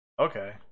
Okay